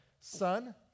Son